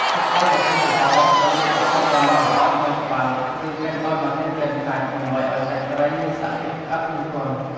សាច់ត្រីដែលស្ងួតល្អត្រូវយកទៅបុកឱ្យម៉ត់ល្អក្នុងត្បាល់ ឬកិនដោយម៉ាស៊ីនកិនសាច់ ដើម្បីឱ្យសាច់ត្រីមានសភាពស្អិត និងទន់។